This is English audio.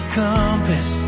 compass